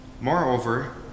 Moreover